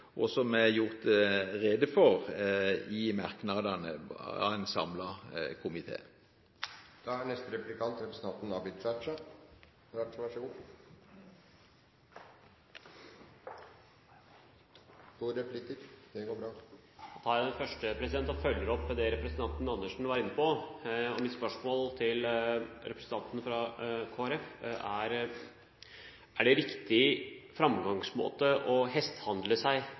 komité. Får jeg to replikker? Representanten Raja får to replikker. Det går bra. Da tar jeg den første og følger opp det som representanten Andersen var inne på. Mitt spørsmål til representanten fra Kristelig Folkeparti er: Er det riktig framgangsmåte å hestehandle seg